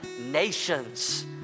Nations